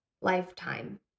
lifetime